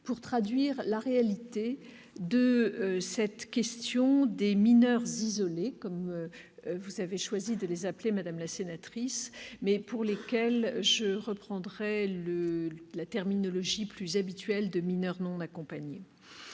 pour traduire la réalité de cette question des mineurs isolés, comme vous avez choisi de les appeler, madame la sénatrice, mais pour lesquels je reprendrai la terminologie plus habituelle de « mineurs non accompagnés